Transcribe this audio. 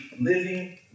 living